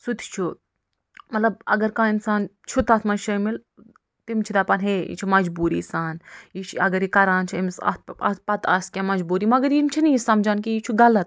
سُہ تہِ چھُ مطلب اَگر کانٛہہ اِنسان چھُ تَتھ منٛز شٲمِل تِم چھِ دَپان ہے یہِ چھُ مَجبوٗری سان یہِ چھُ اَگر یہِ کران چھُ أمِس اَتھ اَتھ پتہٕ آسہِ کیٚنٛہہ مَجبوٗری مَگر یِم چھِنہٕ یہِ سَمجھان کہِ یہِ چھُ غلط